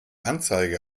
anzeige